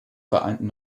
vereinten